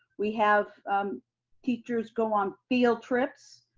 we have teachers go on field trips,